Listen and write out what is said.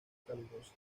calurosa